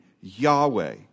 Yahweh